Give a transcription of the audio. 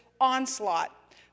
onslaught